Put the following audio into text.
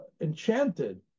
enchanted